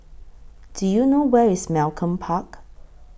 Do YOU know Where IS Malcolm Park